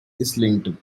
islington